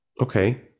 Okay